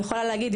אני יכולה להגיד,